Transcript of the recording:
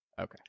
Okay